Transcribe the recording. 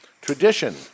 tradition